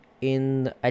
in-